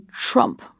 Trump